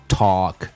talk